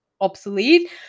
obsolete